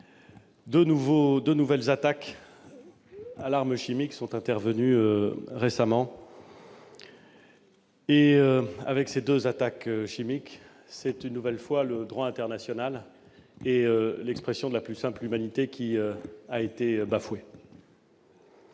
deux nouvelles attaques à l'arme chimique sont intervenues récemment. Avec ces deux attaques chimiques, c'est une nouvelle fois le droit international et l'expression de la plus simple humanité qui ont été bafoués.